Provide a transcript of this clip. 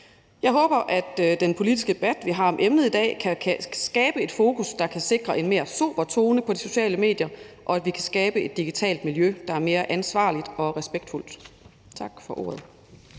Jeg håber, at den politiske debat, vi har om emnet i dag, kan skabe et fokus, der kan sikre en mere sober tone på de sociale medier, og at vi kan skabe et digitalt miljø, der er mere ansvarligt og respektfuldt. Tak for ordet.